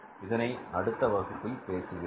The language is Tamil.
இதனை அடுத்த வகுப்பில் விவாதிக்கிறேன்